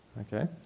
Okay